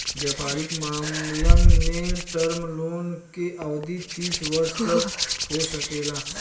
वयपारिक मामलन में टर्म लोन के अवधि तीस वर्ष तक हो सकेला